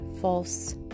false